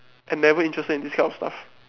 and never interested in this kind of stuff